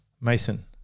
Mason